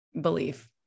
belief